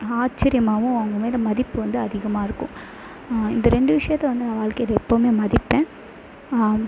ஆச்சரியமாகவும் அவங்க மேலே மதிப்பு வந்து அதிகமாக இருக்கும் இந்த ரெண்டு விஷயத்த வந்து நான் வாழ்க்கையில் எப்போவுமே மதிப்பேன்